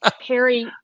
perry